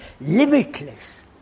limitless